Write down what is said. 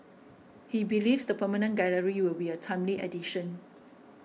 he believes the permanent gallery will be a timely addition